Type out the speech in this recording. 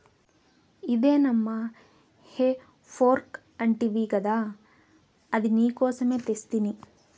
ఇదే నమ్మా హే ఫోర్క్ అంటివి గదా అది నీకోసమే తెస్తిని